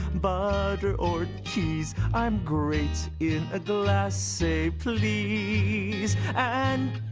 butter, or cheese i'm great in a glass, say please and